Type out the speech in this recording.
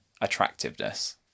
attractiveness